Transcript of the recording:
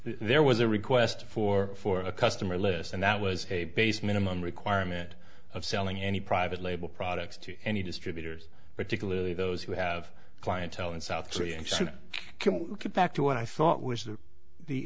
there was a request for for a customer list and that was a base minimum requirement of selling any private label products to any distributors particularly those who have clientele in south korea and so they can get back to what i thought was the